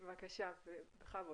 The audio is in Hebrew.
השקף הראשון